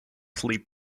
sleep